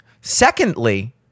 secondly